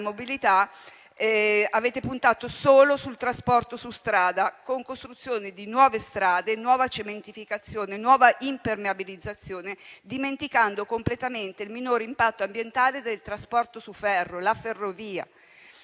mobilità avete puntato solo sul trasporto su strada con costruzione di nuove strade, nuova cementificazione e nuova impermeabilizzazione, dimenticando completamente il minor impatto ambientale del trasporto su ferro: la ferrovia.